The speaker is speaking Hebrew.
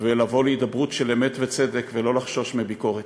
ולבוא להידברות של אמת וצדק ולא לחשוש מביקורת.